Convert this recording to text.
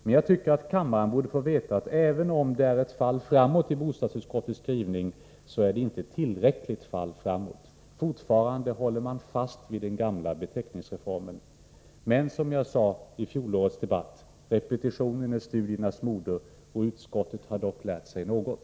Men jag tycker att kammaren borde få veta, att även om bostadsutskottets skrivning innebär ett fall framåt, så är det inte ett tillräckligt fall framåt. Fortfarande håller man fast vid den gamla beteckningsreformen. Men — som jag sade i fjolårets debatt — repetitionen är studiernas moder. Och utskottet har dock lärt sig något.